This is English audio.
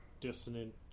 dissonant